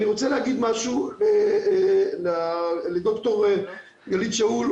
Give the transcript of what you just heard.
אני רוצה להגיד משהו לד"ר גלית שאול,